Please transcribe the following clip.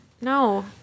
No